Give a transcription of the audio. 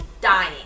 dying